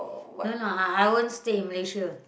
no no I I won't stay in Malaysia